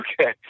Okay